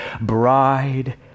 bride